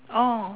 oh